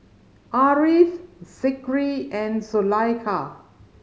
Ariff Zikri and Zulaikha